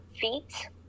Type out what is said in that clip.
feet